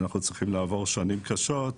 אנחנו צריכים לעבור שנים קשות,